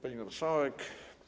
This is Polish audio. Pani Marszałek!